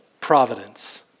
providence